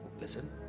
Listen